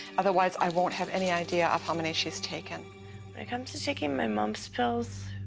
otherwise, i won't have any idea of how many she's taken. when it comes to taking my mom's pills,